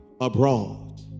Abroad